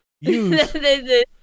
use